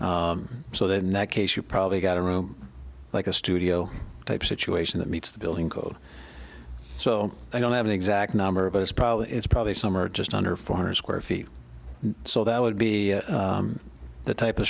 so then that case you probably got a room like a studio type situation that meets the building code so i don't have an exact number but it's probably it's probably some are just under four hundred square feet so that would be the type of